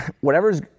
whatever's